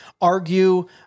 argue